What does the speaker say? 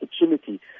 opportunity